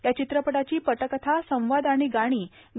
या चित्रपटाची पटकथा संवाद आणि गाणी ग